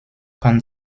kann